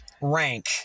rank